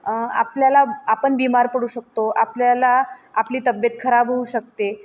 आपल्याला आपण बीमार पडू शकतो आपल्याला आपली तब्येत खराब होऊ शकते